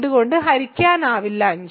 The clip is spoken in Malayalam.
2 കൊണ്ട് ഹരിക്കാനാവില്ല 5